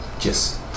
Yes